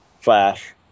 Flash